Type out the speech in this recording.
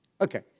Okay